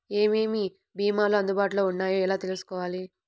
ఏమేమి భీమాలు అందుబాటులో వున్నాయో ఎలా తెలుసుకోవాలి?